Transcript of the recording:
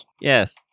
Yes